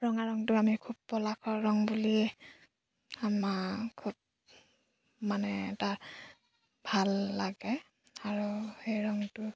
ৰঙা ৰঙটো আমি খুব পলাশৰ ৰং বুলি আমা খুব মানে এটা ভাল লাগে আৰু সেই ৰঙটো